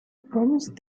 promised